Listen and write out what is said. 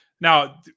Now